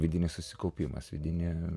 vidinis susikaupimas vidinė